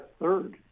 third